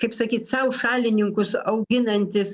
kaip sakyt sau šalininkus auginants